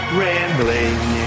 rambling